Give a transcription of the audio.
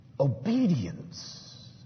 Obedience